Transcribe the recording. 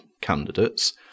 candidates